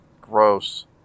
Gross